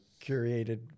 curated